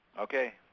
Okay